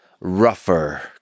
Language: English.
rougher